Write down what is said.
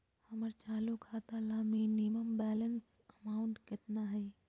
हमर चालू खाता ला मिनिमम बैलेंस अमाउंट केतना हइ?